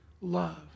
love